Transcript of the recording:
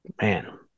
Man